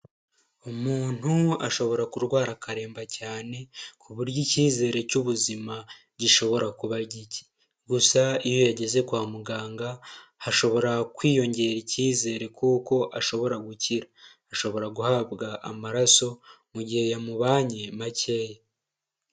Umuntu ashobora kurwara akaremba cyane ku buryo icyizere cy'ubuzima gishobora kuba gike gusa iyo yageze kwa muganga, hashobora kwiyongera icyizere kuko ashobora gukira. Ashobora guhabwa amaraso mu gihe yamubanye makeya.